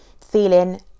feeling